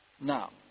Now